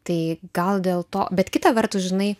tai gal dėl to bet kita vertus žinai